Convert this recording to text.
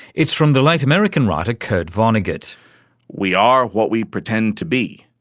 it's from the late american writer kurt vonnegut we are what we pretend to be,